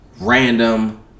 random